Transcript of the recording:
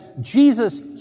jesus